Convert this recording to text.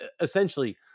essentially